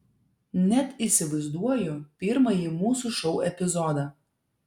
net įsivaizduoju pirmąjį mūsų šou epizodą